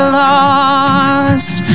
lost